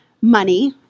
money